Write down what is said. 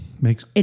Makes